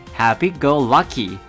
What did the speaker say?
happy-go-lucky